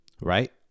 Right